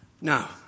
Now